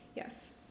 Yes